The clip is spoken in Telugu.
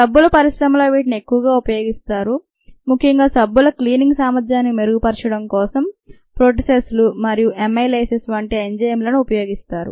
సబ్బుల పరిశ్రమలో వీటిని ఎక్కువగా ఉపయోగిస్తారు ముఖ్యంగా సబ్బుల క్లీనింగ్ సామర్థ్యాన్ని మెరుగుపరచడం కొసం ప్రోటీసెస్లు మరియు అమైలేసెస్ వంటి ఎంజైమ్లను వినియోగిస్తారు